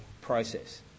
process